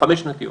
חמש שנתיות.